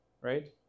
right